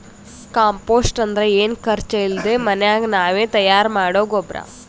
compost ಅಂದ್ರ ಏನು ಖರ್ಚ್ ಇಲ್ದೆ ಮನ್ಯಾಗೆ ನಾವೇ ತಯಾರ್ ಮಾಡೊ ಗೊಬ್ರ